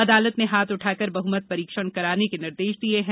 अदालत ने हाथ उठाकर बहमत परीक्षण कराने के निर्देश दिये हैं